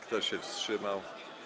Kto się wstrzymał?